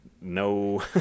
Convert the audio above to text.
no